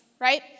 right